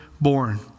born